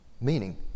Meaning